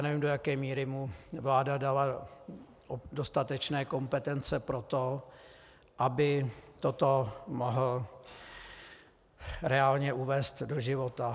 Nevím, do jaké míry mu vláda dala dostatečné kompetence pro to, aby toto mohl reálně uvést do života.